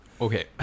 okay